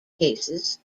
cases